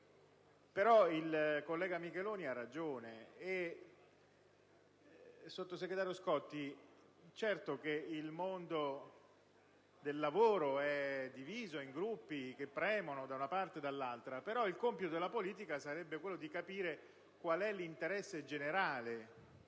Scotti, è certo che il mondo del lavoro è diviso in gruppi che premono da una parte o dall'altra, però il compito della politica sarebbe quello di capire qual è l'interesse generale.